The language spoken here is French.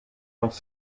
dans